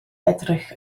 edrych